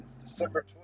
December